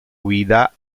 guida